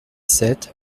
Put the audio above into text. sept